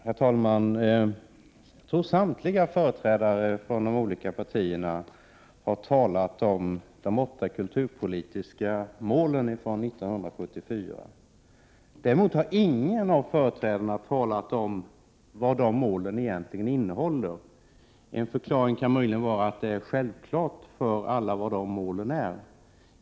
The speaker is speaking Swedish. Herr talman! Jag tror att samtliga företrädare för de olika partierna har talat om de åtta kulturpolitiska mål som riksdagen fastställde 1974. Men ingen av företrädarna har talat om vad de målen egentligen innebär. En förklaring kan vara att det är en självklarhet.